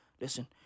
Listen